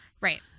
right